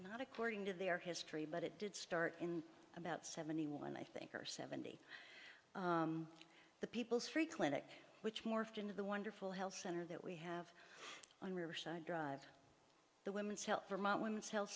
not according to their history but it did start in about seventy one i think or the people's free clinic which morphed into the wonderful health center that we have on riverside drive the women's health vermont women's health